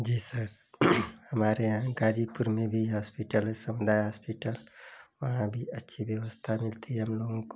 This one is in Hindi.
जी सर हमारे यहाँ गाज़ीपुर में भी हॉस्पिटल है समुदाय हॉस्पिटल वहाँ भी अच्छी व्यवस्था मिलती है हमलोगों को